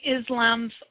Islam's